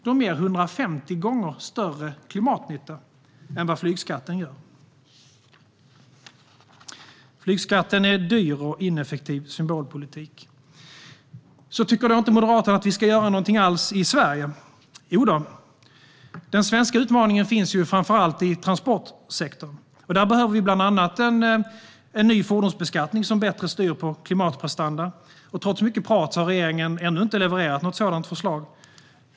De ger 150 gånger större klimatnytta än flygskatten ger. Flygskatten är dyr och ineffektiv symbolpolitik. Tycker då inte Moderaterna att vi ska göra någonting alls i Sverige? Jodå. Den svenska utmaningen finns framför allt i transportsektorn. Där behöver vi bland annat en ny fordonsbeskattning som bättre styrs av klimatprestanda. Trots mycket prat har regeringen ännu inte levererat något sådant förslag.